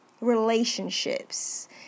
relationships